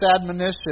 admonition